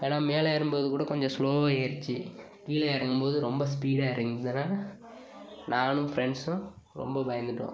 ஏன்னா மேலே ஏறும்போது கூட கொஞ்சம் ஸ்லோவாக ஏறுச்சு கீழே இறங்கும்போது ரொம்ப ஸ்பீடாக இறங்குனதுனால நானும் ஃப்ரெண்ட்ஸும் ரொம்ப பயந்துவிட்டோம்